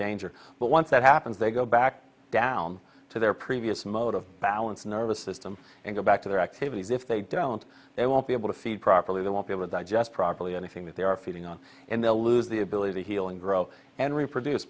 danger but once that happens they go back down to their previous mode of balance nervous system and go back to their activities if they don't they won't be able to feed properly they won't be able to digest properly anything that they are feeding on and they'll lose the ability to heal and grow and reproduce